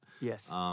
Yes